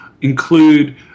include